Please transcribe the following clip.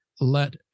let